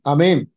Amen